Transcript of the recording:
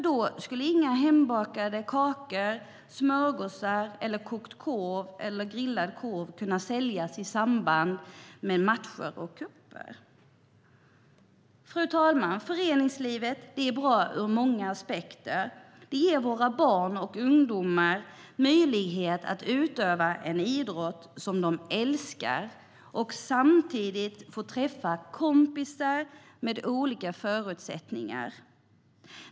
Då skulle inga hembakade kakor eller smörgåsar, ingen kokt eller grillad korv kunna säljas i samband med matcher och cuper. Fru talman! Föreningslivet är bra ur många aspekter. Det ger våra barn och ungdomar möjlighet att utöva en idrott som de älskar och att samtidigt få träffa kompisar med olika förutsättningar.